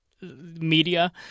media